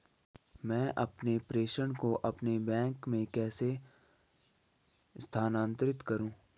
मैं अपने प्रेषण को अपने बैंक में कैसे स्थानांतरित करूँ?